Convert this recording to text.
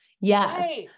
Yes